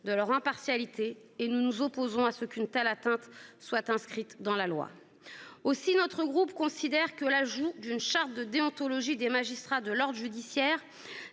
de leur impartialité et nous nous opposons à ce qu'une telle atteinte soit inscrite dans la loi. Le groupe CRCE considère également que l'ajout d'une charte de déontologie des magistrats de l'ordre judiciaire,